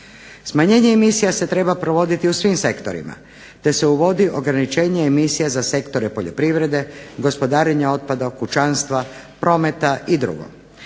Smanjenje emisija se treba provoditi u svim sektorima te se uvodi ograničenje emisija za sektore poljoprivrede, gospodarenje otpadom kućanstva, prometa i dr.